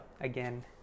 again